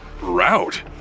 route